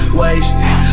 wasted